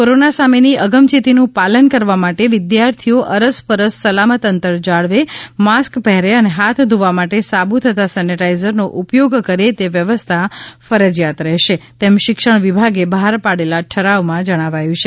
corona સામેની અગમચેતીનું પાલન કરવા માટે વિદ્યાથીઓ અરસપરસ સલામત અંતર જાળવે માસ્ક પહેરે અને હાથ ધોવા માટે સાબુ તથા સેનેટાઇઝરનો ઉપયોગ કરે તે વ્યવસ્થા ફરજિયાત રહેશે તેમ શિક્ષણ વિભાગે બહાર પાડેલા ઠરાવમાં જણાવાયું છે